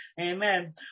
amen